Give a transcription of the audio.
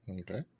Okay